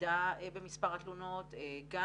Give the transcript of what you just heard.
ירידה במספר התלונות גם